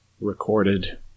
recorded